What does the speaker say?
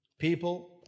People